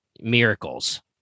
miracles